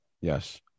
Yes